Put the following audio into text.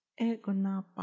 Egonapa